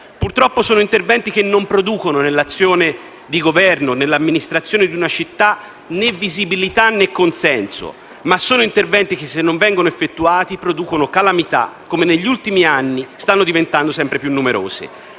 Purtroppo, questi sono interventi che non producono, nell'azione di Governo e nell'amministrazione di una città, né visibilità né consenso; ma sono interventi che, se non vengono effettuati, producono calamità, come quelle che negli ultimi anni stanno diventando sempre più numerose.